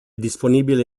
disponibile